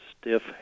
stiff